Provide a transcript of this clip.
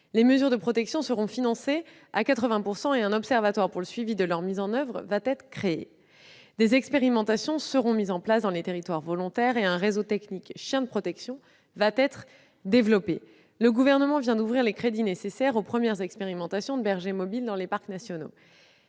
Les mesures de protection seront financées à 80 % et un observatoire pour le suivi de leur mise en oeuvre sera créé. Des expérimentations seront mises en place dans les territoires volontaires et un réseau technique « chiens de protection » sera développé. Le Gouvernement vient d'ouvrir les crédits nécessaires aux premières expérimentations de bergers mobiles dans des parcs nationaux.